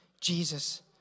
Jesus